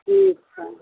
ठीक छनि